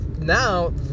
now